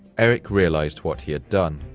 erik realized what he had done.